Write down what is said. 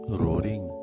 roaring